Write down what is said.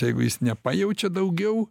jeigu jis nepajaučia daugiau